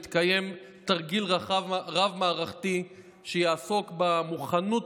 יתקיים תרגיל רב-מערכתי שיעסוק במוכנות